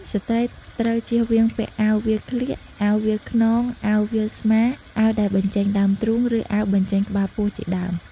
ស្រី្តត្រូវជៀសវាងពាក់ អាវវាលក្លៀក អាវវាលខ្នង អាវវាលស្មា អាវដែលបញ្ចេញដើមទ្រូង ឬ អាវបញ្ចេញក្បាលពោះ ជាដើម។